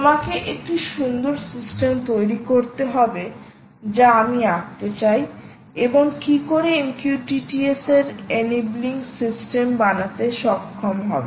তোমাকেএকটি সুন্দর সিস্টেম তৈরি করতে হবে যা আমি আঁকতে চাই এবং কি করে MQTT S এনেবিলিং সিস্টেম বানাতে সক্ষম হবে